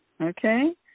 okay